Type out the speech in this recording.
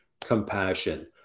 compassion